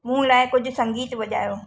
मूं लाइ कुझु संगीत वॼायो